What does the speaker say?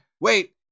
Wait